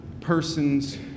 person's